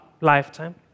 lifetime